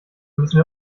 müssen